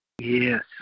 Yes